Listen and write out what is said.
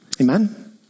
Amen